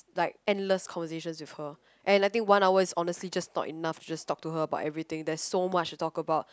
like endless conversation with her and I think one hour is honestly just not enough just talk to her about everything there's so much to talk about